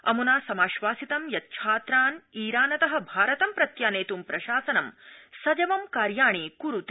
अम्ना समाश्वासितम् यत् छात्रान् ईरानत भारतं प्रत्यानेत् प्रशासनं सजवं कार्याणि कुरूते